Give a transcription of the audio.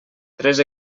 tres